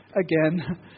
again